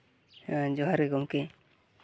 ᱡᱚᱦᱟᱨ ᱜᱮ ᱜᱚᱢᱠᱮ